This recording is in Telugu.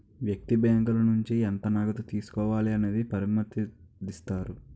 వ్యక్తి బ్యాంకుల నుంచి ఎంత నగదు తీసుకోవాలి అనేది పరిమితుదిస్తారు